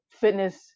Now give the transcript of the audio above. fitness